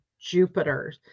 Jupiter